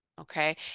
okay